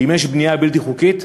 שאם יש בנייה בלתי חוקית,